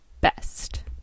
best